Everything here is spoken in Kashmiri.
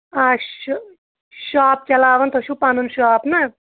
اسہِ چھِ شاپ چَلاوان تۄہہِ چھُ پَنُن شاپ نہ